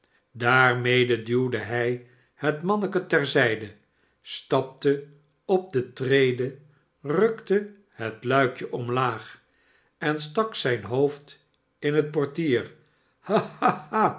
daarmede duwde hij het manneke ter zijde stapte op de trede rukte het luikje omlaag en stak zijn hoofd in het portier